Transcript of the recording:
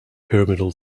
pyramidal